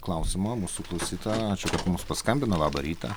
klausimą mūsų klausytojo ačiū kad mums paskambino labą rytą